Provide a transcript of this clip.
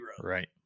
Right